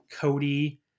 Cody